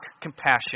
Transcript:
compassion